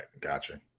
Gotcha